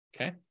Okay